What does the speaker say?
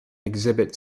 exhibit